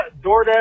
DoorDash